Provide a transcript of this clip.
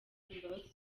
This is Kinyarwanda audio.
imbabazi